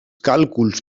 càlculs